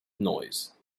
noise